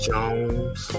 Jones